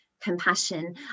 compassion